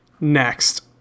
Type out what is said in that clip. Next